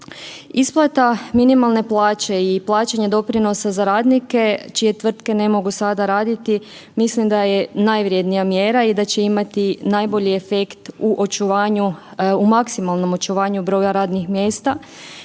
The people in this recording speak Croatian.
Isplata minimalne plaće i plaćanje doprinosa za radnike čije tvrtke ne mogu sada raditi, mislim da je najvrednija mjera i da će imati najbolji efekt u očuvanju, u maksimalnom očuvanju broja radnih mjesta